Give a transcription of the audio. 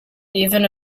even